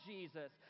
Jesus